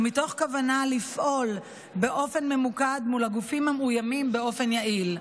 ומתוך כוונה לפעול באופן ממוקד מול הגופים המאוימים באופן יעיל.